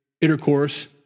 intercourse